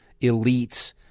elites